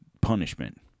punishment